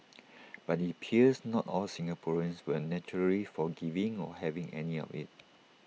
but IT appears not all Singaporeans were naturally forgiving or having any of IT